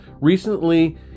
recently